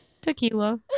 tequila